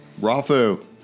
Rafu